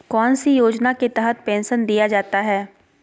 कौन सी योजना के तहत पेंसन दिया जाता है?